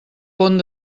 pont